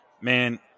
man